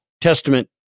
testament